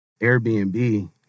Airbnb